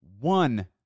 one